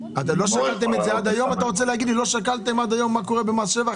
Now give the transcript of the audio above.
עד היום לא שקלתם מה יקרה עם מס שבח,